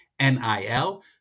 NIL